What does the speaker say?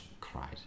cried